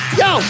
yo